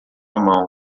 mão